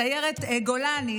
סיירת גולני,